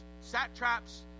satraps